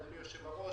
אדוני יושב-הראש,